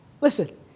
listen